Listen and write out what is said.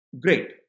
great